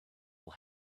will